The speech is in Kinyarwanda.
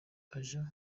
aja